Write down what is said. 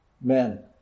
men